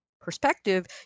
perspective